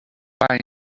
opined